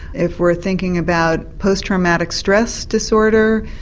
if we're thinking about post-traumatic stress disorder,